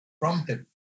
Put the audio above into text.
prompted